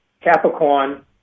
Capricorn